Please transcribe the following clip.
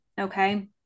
Okay